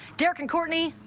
derrick and courtney,